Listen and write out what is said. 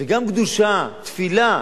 גם קדושה, תפילה,